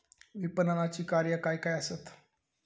विपणनाची कार्या काय काय आसत?